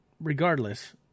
regardless